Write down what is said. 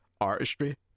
artistry